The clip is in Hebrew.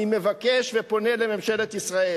אני מבקש ופונה אל ממשלת ישראל,